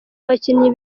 abakinnyi